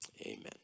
Amen